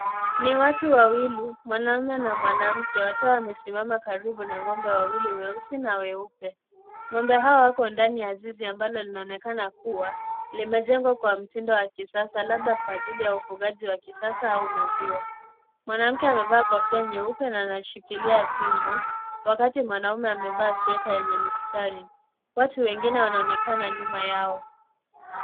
Ni watu wawili, mwanamume na mwanamke, wakiwa wamesimama karibu na ng'ombe wawili weusi na weupe. Ng'ombe hawa wako ndani ya zizi ambalo linaonekana kuwa limejengwa kwa mtindo wa kisasa, labda kwa ajili ya ufugaji wa kisasa au maziwa. Mwanamke amevaa kofia nyeupe na anashikilia fimbo wakati mwanamume amevaa sweta yenye mistari. Watu wengine wanaonekana nyuma yao.